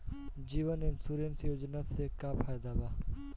जीवन insurance योजना से का फायदा बा?